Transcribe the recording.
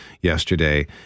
yesterday